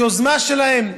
ביוזמה שלהם,